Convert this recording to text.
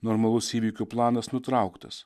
normalus įvykių planas nutrauktas